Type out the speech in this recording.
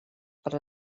per